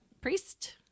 priest